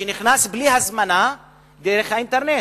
שנכנס בלי הזמנה דרך האינטרנט,